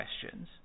questions